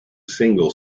single